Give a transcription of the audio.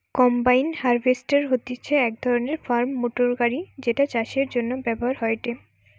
combine harvester হতিছে এক ধরণের ফার্ম মোটর গাড়ি যেটা চাষের জন্য ব্যবহার হয়েটে